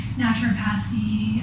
naturopathy